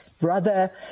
brother